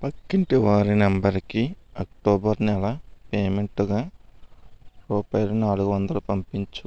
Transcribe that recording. పక్కింటివారి నంబరుకి అక్టోబర్ నెల పేమెంటుగా రూపాయలు నాలుగు వందలు పంపించు